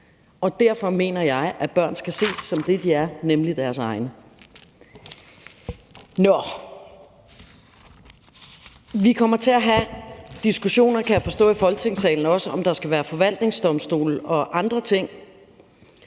Derfor mener jeg, at børn skal ses som det, de er, nemlig deres egne. Nå, vi kommer til at have diskussioner, kan jeg forstå, i Folketingssalen